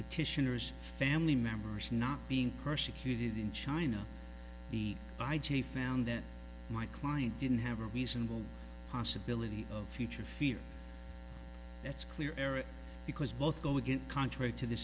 petitioners family members not being persecuted in china the i g found that my client didn't have a reasonable possibility of future fear that's clear error because both go again contrary to th